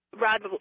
Rod